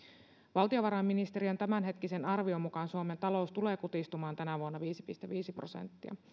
valtiovarainministeriön tämänhetkisen arvion mukaan suomen talous tulee kutistumaan tänä vuonna viisi pilkku viisi prosenttia